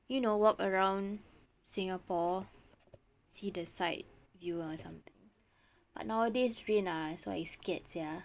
you know walk around singapore see the sight view or something but nowadays rain lah so I scared sia